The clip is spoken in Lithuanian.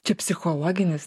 čia psichologinis